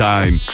Time